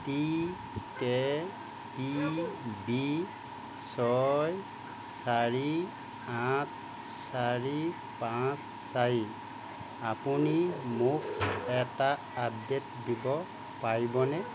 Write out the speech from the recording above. T K P B ছয় চাৰি আঠ চাৰি পাঁচ চাৰি আপুনি মোক এটা আপডে'ট দিব পাৰিবনে